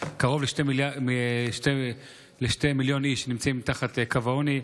קרוב לשני מיליון איש נמצאים מתחת לקו העוני.